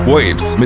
Waves